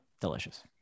Delicious